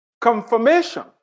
confirmation